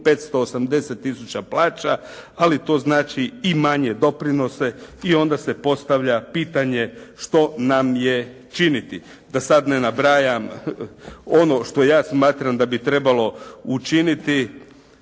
580 tisuća plaća, ali to znači i manje doprinose i onda se postavlja pitanje što nam je činiti. Da sad ne nabrajam, ono što ja smatram da bi trebalo učiniti,